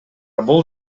бул